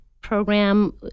program